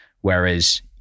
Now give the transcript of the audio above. Whereas